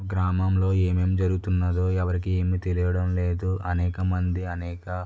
గ్రామంలో ఏమేం జరుగుతుందో ఎవరికి ఏమి తెలియడం లేదు అనేకమంది అనేక